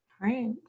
Right